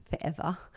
forever